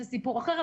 זה סיפור אחר,